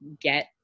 get